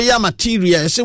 Material